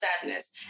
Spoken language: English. sadness